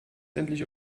endlich